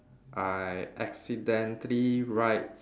I accidentally write